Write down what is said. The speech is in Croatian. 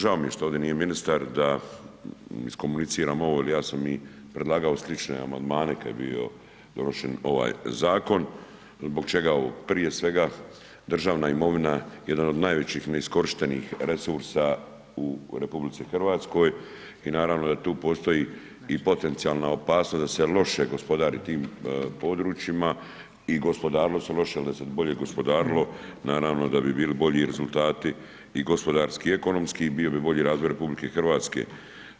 Žao mi je što ovdje nije ministar, da iskomuniciramo ovo, jer ja sam i predlagao slične amandmane, kada je bio, donošen ovaj zakon, zbog čega prije svega državna imovina, jedan od najvećih neiskorištenih resursa u RH, i naravno da tu postoji i potencijalna opasnost, da se loše gospodari tim područjima i gospodarilo se loše, jer da se bolje gospodarilo, naravno da bi bili bolji rezultati i gospodarski i ekonomski i bio bi bolji razvoj RH.